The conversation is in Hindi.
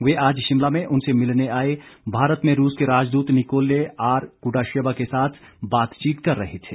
वे आज शिमला में उनसे मिलने आए भारत में रूस के राजदूत निकोलय आर कुडाशेवा के साथ बातचीत कर रहे थे